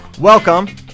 welcome